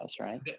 right